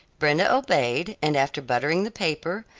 brenda obeyed, and after buttering the paper,